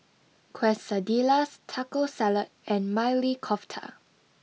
Quesadillas Taco Salad and Maili Kofta